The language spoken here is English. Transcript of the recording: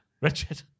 Richard